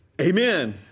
Amen